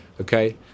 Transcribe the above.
okay